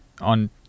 on